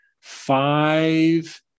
five